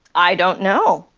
i don't know.